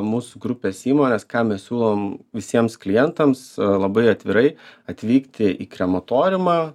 mūsų grupės įmonės ką mes siūlom visiems klientams labai atvirai atvykti į krematoriumą